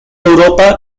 europa